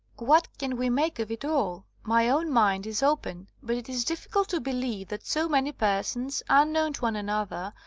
what can we make of it all? my own mind is open, but it is difficult to believe that so many persons, unknown to one another,